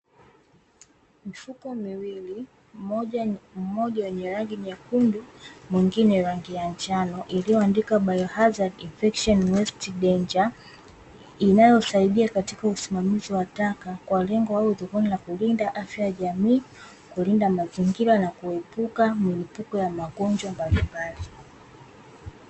Mifuko miwili, mmoja wenye rangi nyekundu, mwingine rangi ya njano, iliyoandikwa BIOHAZARD INFECTION WASTE DANGER, inayosaidia katika usimamizi wa taka kwa lengo au dhumuni la kulinda afya ya jamii, kulinda mazingira na kuepuka milipuko ya magonjwa mbalimbali.